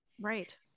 Right